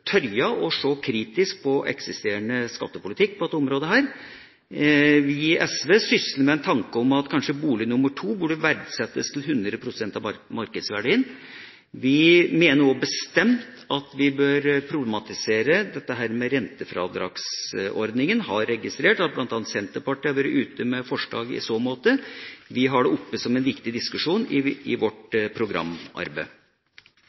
kritisk på eksisterende skattepolitikk på dette området. Vi i SV sysler med en tanke om at bolig nr. 2 kanskje burde verdsettes til 100 pst. av markedsverdien. Vi mener også bestemt at vi bør problematisere rentefradragsordninga, og vi har registrert at bl.a. Senterpartiet har vært ute med forslag i så måte. Vi har det oppe som en viktig diskusjon i vårt programarbeid. Så er det så enkelt – i